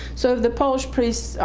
so the polish priest,